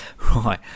right